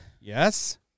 Yes